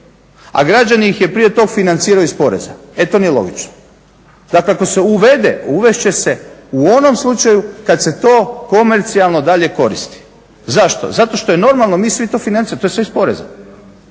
A građanin ih je prije toga financirao iz poreza. E to nije logično. Dakle, ako se uvede, uvest će se u onom slučaju kad se to komercijalno dalje koristi. Zašto? Zato što je normalno mi svi ti financiramo, to je sve iz poreza.